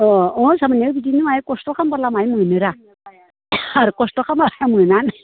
अ अ सामायनाया बिदिनो माइया खस्थ' खालामोब्ला माइ मोनोरा आरो खस्थ' खालामाबा मोना